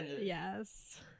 Yes